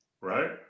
right